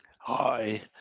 Hi